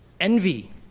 Envy